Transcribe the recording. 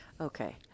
Okay